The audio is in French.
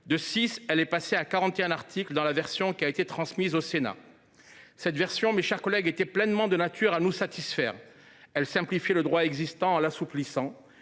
le texte est passé à quarante et un articles dans la version qui a été transmise au Sénat. Cette version, mes chers collègues, était pleinement de nature à nous satisfaire. D’abord, elle simplifiait le droit existant en l’assouplissant.